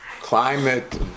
climate